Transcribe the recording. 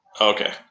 Okay